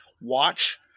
watch